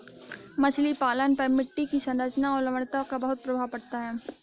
मछली पालन पर मिट्टी की संरचना और लवणता का बहुत प्रभाव पड़ता है